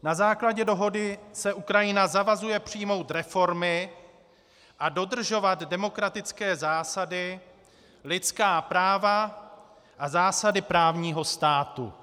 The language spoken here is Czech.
Na základě dohody se Ukrajina zavazuje přijmout reformy a dodržovat demokratické zásady, lidská práva a zásady právního státu.